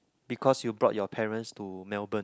because you brought your parents to Melbourne